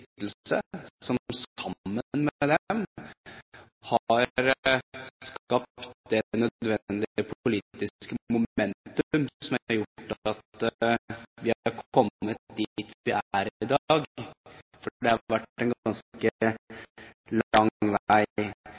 som sammen med dem har skapt det nødvendige politiske momentum som har gjort at vi har kommet dit vi er i dag – for det har vært en ganske lang